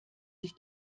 sich